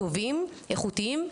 טובים, איכותיים,